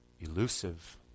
elusive